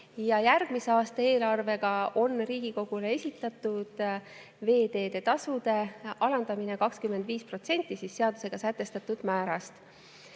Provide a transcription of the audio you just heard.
Järgmise aasta eelarvega on Riigikogule esitatud veeteetasude alandamine 25% seadusega sätestatud määrast.